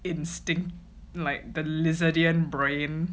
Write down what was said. instinct like the lizardian brain